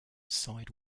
side